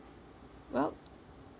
well